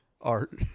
Art